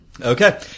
Okay